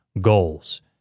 goals